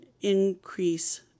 increase